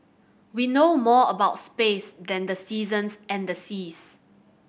we know more about space than the seasons and the seas